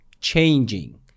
changing